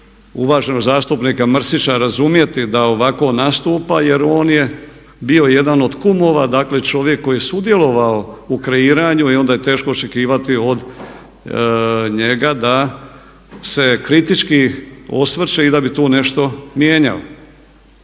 uvaženog zastupnika Mrsića razumjeti da ovako nastupa jer on je bio jedan od kumova, dakle čovjek koji je sudjelovao u kreiranju i onda je teško očekivati od njega da se kritički osvrće i da bi tu nešto mijenjao.